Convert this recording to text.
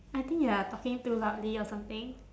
I think you are talking too loudly or something